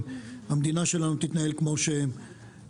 המדינה שלנו תתנהל כמו שצריך.